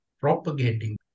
propagating